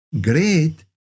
great